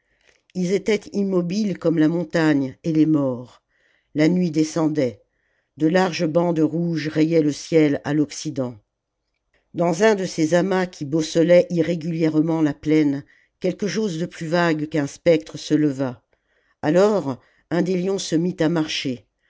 ils étaient immobiles comme la montagne et les morts la nuit descendait de larges bandes rouges rayaient le ciel à l'occident dans un de ces amas qui bosselaient irrégulièrement la plaine quelque chose de plus vague qu'un spectre se leva alors un des lions se mit à marcher